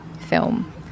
film